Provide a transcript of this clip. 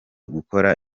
gukora